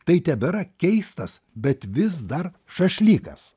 tai tebėra keistas bet vis dar šašlykas